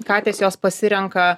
katės jos pasirenka